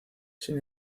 sin